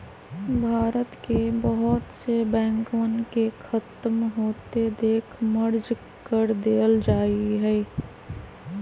भारत के बहुत से बैंकवन के खत्म होते देख मर्ज कर देयल जाहई